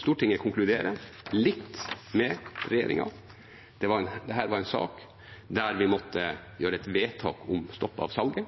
Stortinget konkluderer likt med regjeringen. Dette var en sak der vi måtte gjøre et vedtak om stopp av salget.